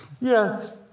Yes